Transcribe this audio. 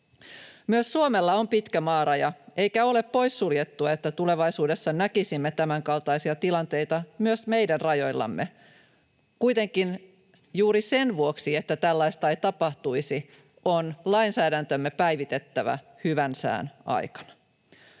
Myös Suomella on pitkä maaraja, eikä ole poissuljettua, että tulevaisuudessa näkisimme tämänkaltaisia tilanteita myös meidän rajoillamme. Kuitenkin juuri sen vuoksi, että tällaista ei tapahtuisi, on lainsäädäntömme päivitettävä hyvän sään aikana.